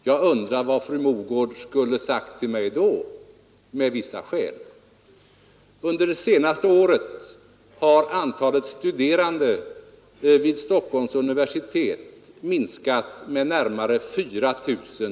Jag undrar vad fru Mogård — med visst fog — skulle sagt mig då? Onsdagen den universitet minskat med närmare 4 000.